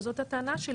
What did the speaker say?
וזו הטענה שלי,